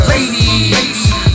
Ladies